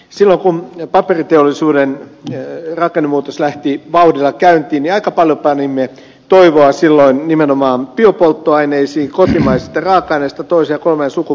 sillä on paperiteollisuuden höyry racen muutos lähti vauhdilla käyntiin jalkapallopanimme toivoasilla on nimenomaan biopolttoaineisiin kotimaisista karista toisen polven suku